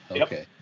okay